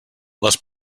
les